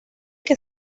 que